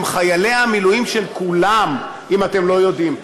הם חיילי המילואים של כולם, אם אתם לא יודעים.